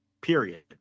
period